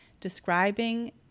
describing